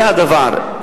זה הדבר,